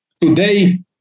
today